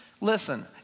listen